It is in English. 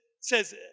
Says